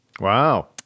wow